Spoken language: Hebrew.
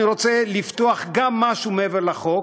אני רוצה לפתוח גם משהו שמעבר לחוק,